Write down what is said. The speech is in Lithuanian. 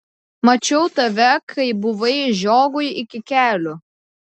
mačiau tave kai buvai žiogui iki kelių